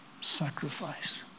sacrifice